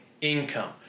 income